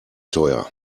teuer